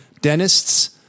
Dentists